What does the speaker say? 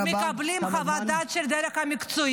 מקבלים את חוות הדעת של הדרג המקצועי,